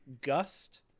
gust